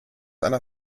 einer